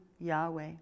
Yahweh